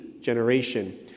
generation